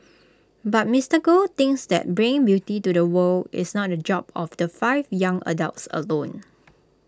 but Mister Goh thinks that bringing beauty to the world is not the job of the five young adults alone